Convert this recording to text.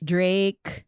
Drake